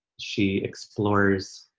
she explores